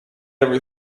every